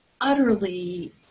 utterly